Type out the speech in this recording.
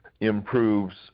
improves